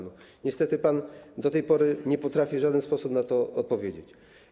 Niestety, pan do tej pory nie potrafi w żaden sposób na to odpowiedzieć.